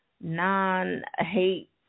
Non-hate